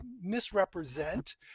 misrepresent